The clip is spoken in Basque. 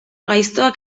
gaiztoak